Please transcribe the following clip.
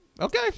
Okay